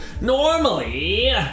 Normally